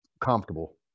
comfortable